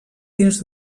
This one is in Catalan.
dins